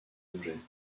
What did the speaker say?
objet